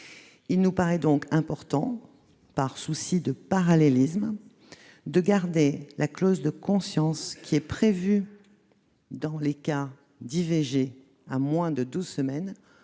Il nous paraît donc important, par souci de parallélisme, de garder la clause de conscience prévue dans les cas d'IVG à moins de douze semaines,